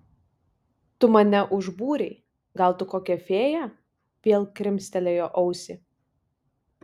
tu mane užbūrei gal tu kokia fėja vėl krimstelėjo ausį